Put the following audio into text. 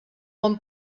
hom